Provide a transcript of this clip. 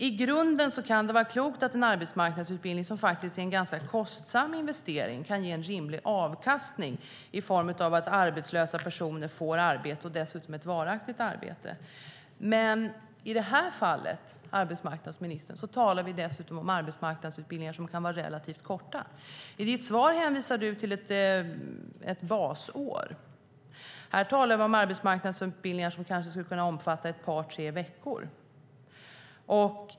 I grunden kan det vara klokt att en arbetsmarknadsutbildning, som är en ganska kostsam investering, kan ge en rimlig avkastning i form av att arbetslösa personer får arbete och dessutom ett varaktigt arbete. Men i det här fallet, arbetsmarknadsministern, talar vi dessutom om arbetsmarknadsutbildningar som kan vara relativt korta. I svaret hänvisas till ett basår. Här talar vi om arbetsmarknadsutbildningar som kanske skulle kunna omfatta ett par tre veckor.